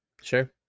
Sure